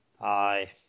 Aye